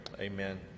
Amen